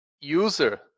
user